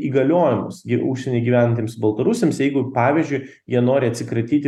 įgaliojimus užsieny gyvenantiems baltarusiams jeigu pavyzdžiui jie nori atsikratyti